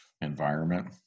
environment